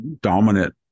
dominant